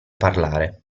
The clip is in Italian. parlare